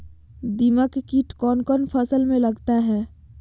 दीमक किट कौन कौन फसल में लगता है?